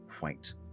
white